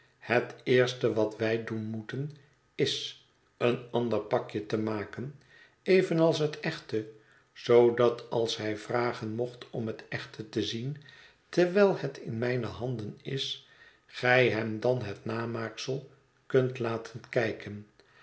het eerste wat wij doen moeten is een ander pakje te maken evenals het echte zoodat als hij vragen mocht om het echte te zien terwijl het in mijne handen is gij hem dan het namaaksel kunt laten kijken